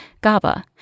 GABA